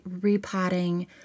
repotting